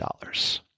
dollars